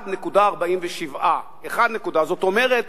1.47. זאת אומרת,